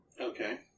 Okay